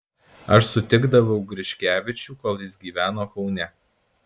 aš sutikdavau griškevičių kol jis gyveno kaune